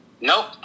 Nope